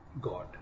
God